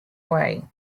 way